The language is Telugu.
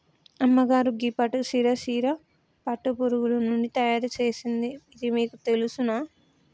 అమ్మగారు గీ పట్టు సీర పట్టు పురుగులు నుండి తయారు సేసింది ఇది మీకు తెలుసునా